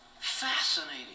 fascinating